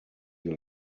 you